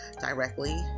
directly